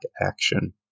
action